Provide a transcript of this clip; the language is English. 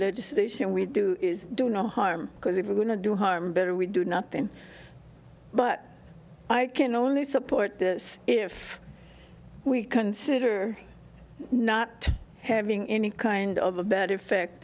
legislation we do is do no harm because if we're going to do harm better we do nothing but i can only support this if we consider not having any kind of a bad effect